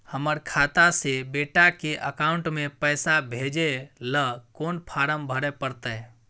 हमर खाता से बेटा के अकाउंट में पैसा भेजै ल कोन फारम भरै परतै?